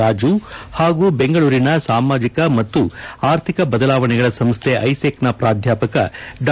ರಾಜು ಹಾಗೂ ಬೆಂಗಳೂರಿನ ಸಾಮಾಜಿಕ ಹಾಗೂ ಆರ್ಥಿಕ ಬದಲಾವಣೆಗಳ ಸಂಸ್ಟೆ ಐಸೆಕ್ನ ಪ್ರಾಧ್ಯಾಪಕ ಡಾ